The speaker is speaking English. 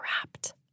wrapped